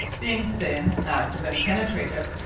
being thinne, active, and penetrative,